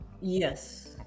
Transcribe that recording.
Yes